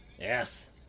Yes